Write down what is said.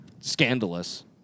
scandalous